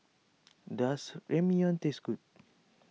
does Ramyeon taste good